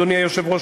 אדוני היושב-ראש,